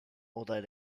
although